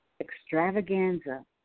Extravaganza